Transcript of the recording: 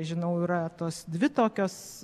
žinau yra tos dvi tokios